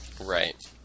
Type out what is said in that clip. Right